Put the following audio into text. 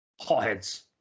Hotheads